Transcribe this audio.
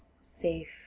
safe